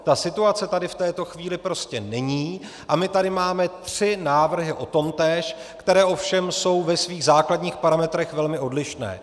Ta situace tady v této chvíli prostě není a my tady máme tři návrhy o tomtéž, které ovšem jsou ve svých základních parametrech velmi odlišné.